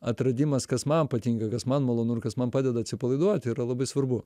atradimas kas man patinka kas man malonu ir kas man padeda atsipalaiduoti yra labai svarbu